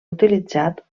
utilitzat